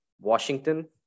Washington